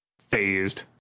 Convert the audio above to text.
phased